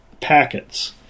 packets